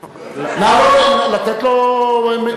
אדוני היושב, נא לא, לתת לו מיקרופון.